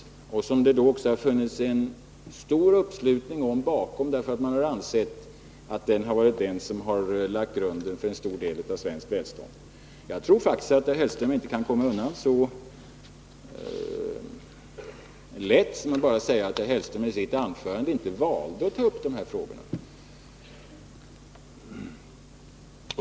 Det har också funnits en stor uppslutning bakom denna på grund av att man har ansett att den lagt grunden för en stor del av svenskt välstånd. Jag tror faktiskt att herr Hellström inte kan komma undan så lätt som att bara säga att han i sitt anförande valde att inte ta upp de här frågorna.